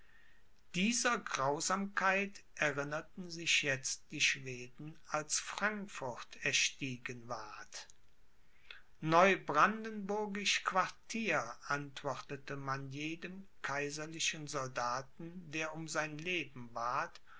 dieser grausamkeit erinnerten sich jetzt die schweden als frankfurt erstiegen ward neubrandenburgisch quartier antwortete man jedem kaiserlichen soldaten der um sein leben bat